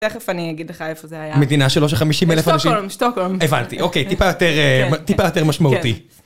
תכף אני אגיד לך איפה זה היה. מדינה של חמישים אלף אנשים? שטוקהולם, שטוקהולם. הבנתי, אוקיי, טיפה יותר משמעותי.